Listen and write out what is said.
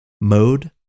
mode